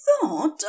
thought